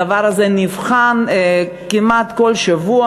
הדבר הזה נבחן כמעט כל שבוע.